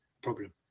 problem